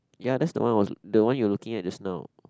ya that's the one I was the one you looking at just now